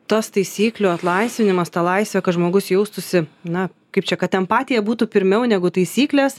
tas taisyklių atlaisvinimas ta laisvė kad žmogus jaustųsi na kaip čia kad empatija būtų pirmiau negu taisyklės